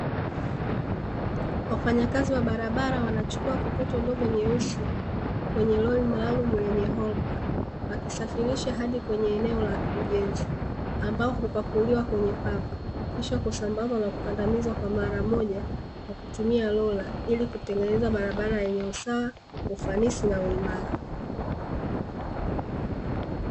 Wafanyakazi wa barabara wanachukua kokoto ndogo nyeusi kwenye lori maalum lenye holpa, wakisafirisha hadi kwenye eneo la ujenzi, ambalo hupakuliwa kwenye kava, kisha kusambazwa na kukandamizwa kwa mara moja wakitumia rola, ili kutengeneza barabara yenye usawa, ufanisi na uimara.